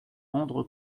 rendre